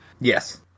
Yes